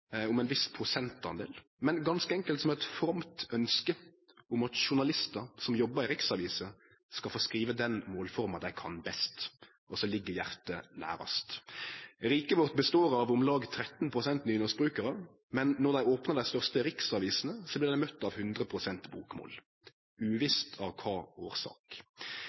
om ein viss prosentdel, men ganske enkelt som eit fromt ønske om at journalistar som jobbar i riksaviser, skal få skrive på den målforma dei kan best, og som ligg hjartet nærast. Riket vårt består av om lag 13 pst. nynorskbrukarar, men når dei opnar dei største riksavisene, blir dei møtt av 100 pst. bokmål – uvisst av kva årsak.